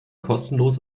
kostenlos